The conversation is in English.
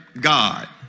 God